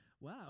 Wow